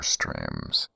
Streams